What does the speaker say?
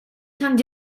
sant